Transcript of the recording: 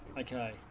Okay